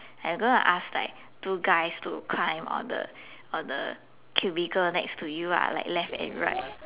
I am gonna ask like two guys to climb on the on the cubicle next to you lah like left and right